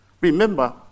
Remember